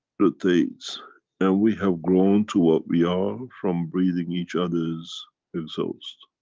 rotates and we have grown to what we are from breathing each others exhausts.